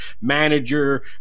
manager